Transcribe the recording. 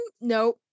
no